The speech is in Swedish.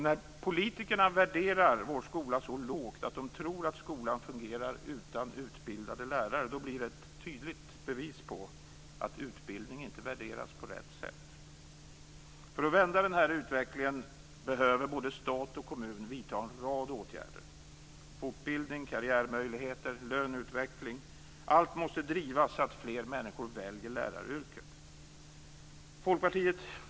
När politikerna värderar vår skola så lågt att de tror att skolan fungerar utan utbildade lärare blir det ett tydligt bevis på att utbildning inte värderas på rätt sätt. För att vända den här utvecklingen behöver både stat och kommun vidta en rad åtgärder: fortbildning, karriärmöjligheter, löneutveckling. Allt måste drivas så att fler människor väljer läraryrket.